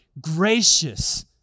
gracious